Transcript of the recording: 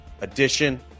edition